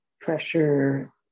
pressure